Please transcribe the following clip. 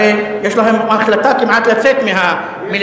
הרי יש לכם החלטה כמעט לצאת מהמליאה,